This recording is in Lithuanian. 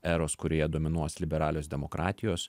eros kurioje dominuos liberalios demokratijos